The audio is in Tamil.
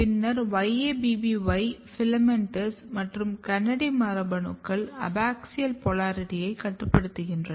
பின்னர் YABBY FILAMENTOUS மற்றும் KANADY மரபணுக்கள் அபாக்சியல் போலாரிட்டியைக் கட்டுப்படுத்துகின்றன